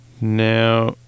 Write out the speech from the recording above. Now